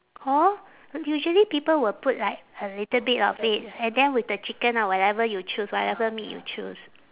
hor usually people will put like a little bit of it and then with the chicken or whatever you choose whatever meat you choose